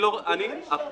אין משרד שמטפל.